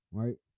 right